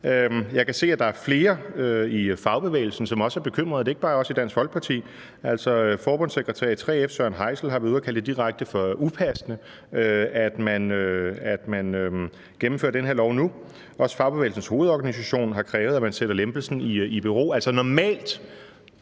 Jeg kan se, at der er flere i fagbevægelsen, som også er bekymrede; at det ikke bare er os i Dansk Folkeparti. Altså, forbundssekretær i 3F Søren Heisel har været ude at kalde det for direkte upassende, at man gennemfører den her lov nu. Også Fagbevægelsens Hovedorganisation har krævet, at man sætter lempelsen i bero. Altså, normalt